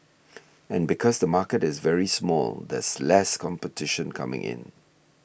and because the market is very small there's less competition coming in